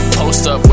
post-up